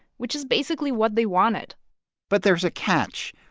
which is basically what they wanted but there's a catch.